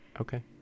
Okay